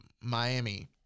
Miami